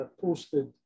posted